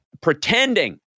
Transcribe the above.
pretending